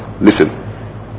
listen